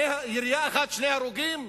ירייה אחת, שני הרוגים?